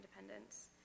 independence